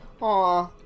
Aw